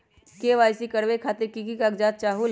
KYC करवे खातीर के के कागजात चाहलु?